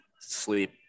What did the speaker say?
sleep